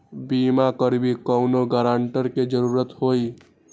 बिमा करबी कैउनो गारंटर की जरूरत होई?